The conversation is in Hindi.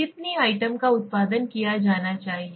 कितनी आइटम का उत्पादन किया जाना चाहिए